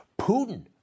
Putin